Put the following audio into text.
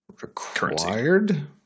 required